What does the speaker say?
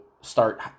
start